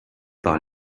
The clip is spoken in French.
par